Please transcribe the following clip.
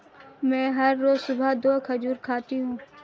मैं हर रोज सुबह दो खजूर खाती हूँ